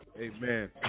Amen